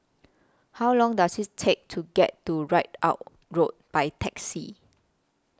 How Long Does IT Take to get to Ridout Road By Taxi